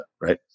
right